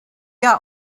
are